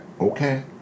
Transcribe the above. okay